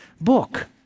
book